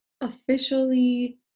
officially